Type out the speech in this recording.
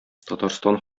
татарстан